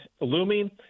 looming